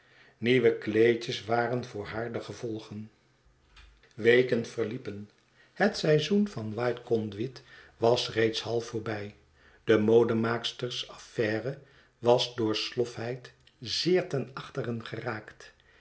nieuwe kleedjes waren voor haar de gevolgen weken verliepen het seizoen van whiteconduit was reeds half voorbij de modern aaksters affair e was door slof heid zeer ten achteren geraakt